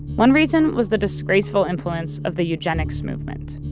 one reason was the disgraceful influence of the eugenics movement.